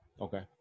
Okay